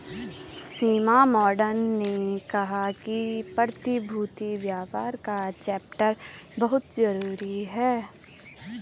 सीमा madam ने कहा कि प्रतिभूति व्यापार का चैप्टर बहुत जरूरी है